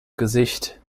gesicht